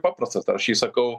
paprastas ir aš jį sakau